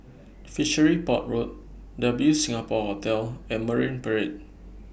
Fishery Port Road W Singapore Hotel and Marine Parade